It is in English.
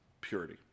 purity